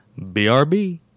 BRB